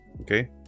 okay